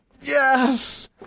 Yes